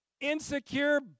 insecure